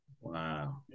Wow